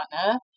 partner